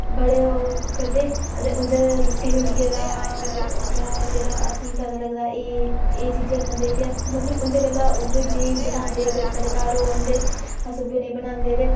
बड़े ओह् करदे अदे उं'दी रुट्टी शुट्टियै दा उं'दा जेह्ड़ा पता लगदा एह् एह् एह् चीजां खंदे भी अस मतलब उं'दे गल्ला उ'ऐ जनेही बनांदे साढ़े घर औन ते उ'ऐ नेही बनांदे ते